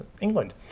England